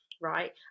right